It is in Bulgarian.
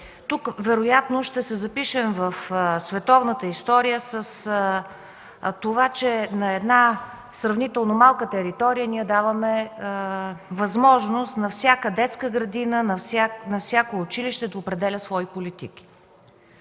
тук вероятно ще се запишем в световната история с това, че на една сравнително малка територия ние даваме възможност на всяка детска градина, на всяко училище да определя свои политики.